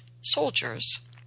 soldiers